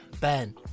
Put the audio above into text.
Ben